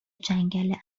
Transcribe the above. جنگل